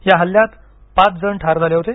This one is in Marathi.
या हल्ल्यात पाच जण ठार झाले होते